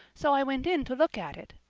so i went in to look at it.